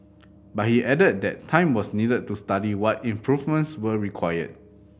but he added that time was needed to study what improvements were required